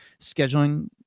scheduling